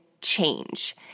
change